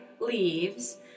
leaves